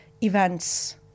events